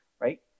right